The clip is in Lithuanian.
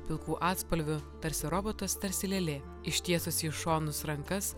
pilkų atspalvių tarsi robotas tarsi lėlė ištiesusi į šonus rankas